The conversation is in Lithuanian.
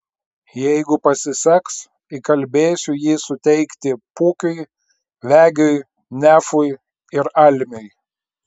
jeigu pasiseks įkalbėsiu jį suteikti pukiui vegiui nefui ir almiui